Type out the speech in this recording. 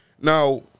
Now